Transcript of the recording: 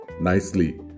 nicely